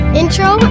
intro